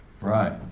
Right